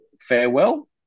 farewell